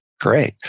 Great